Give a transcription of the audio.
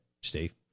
Steve